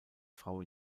frau